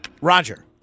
Roger